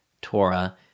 Torah